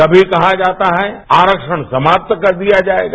कभी कहा जाता है आस्क्षण समाप्त कर दिया जाएगा